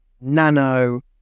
Nano